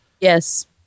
Yes